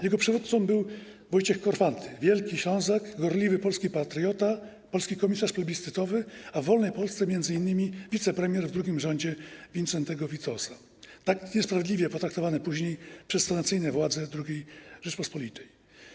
Jego przywódcą był Wojciech Korfanty, wielki Ślązak, gorliwy polski patriota, polski komisarz plebiscytowy, a w wolnej Polsce m.in. wicepremier w drugim rządzie Wincentego Witosa, tak niesprawiedliwie potraktowany później przez sanacyjne władze II Rzeczypospolitej.